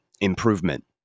improvement